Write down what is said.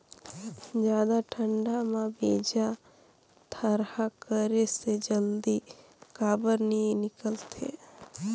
जादा ठंडा म बीजा थरहा करे से जल्दी काबर नी निकलथे?